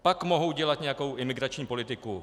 Pak mohou dělat nějakou imigrační politiku.